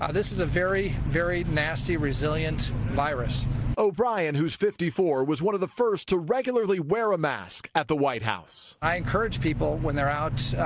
ah this is a very, very nasty, resilient virus. reporter o'brian, who is fifty four, was one of the first to regularly wear a mask at the white house. i encourage people when they're out,